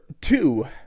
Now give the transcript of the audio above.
two